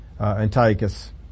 Antiochus